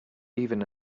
even